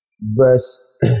verse